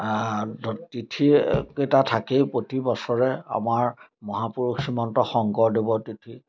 তিথি কেইটা থাকেই প্ৰতি বছৰে আমাৰ মহাপুৰুষ শ্ৰীমন্ত শংকৰদেৱৰ তিথি